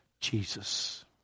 Jesus